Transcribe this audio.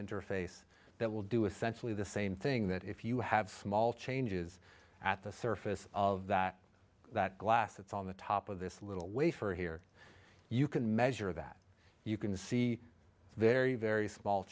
interface that will do essentially the same thing that if you have small changes at the surface of that that glass that's on the top of this little wafer here you can measure that you can see very very small